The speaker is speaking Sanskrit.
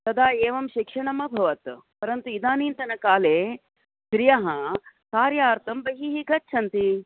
तदा एवं शिक्षणम् अभवत् परन्तु इदानीन्तनकाले स्त्रियः कार्यार्थं बहिः गच्छन्ति